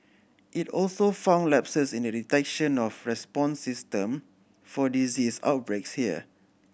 it also found lapses in the detection of response system for disease outbreaks here